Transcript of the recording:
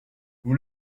vous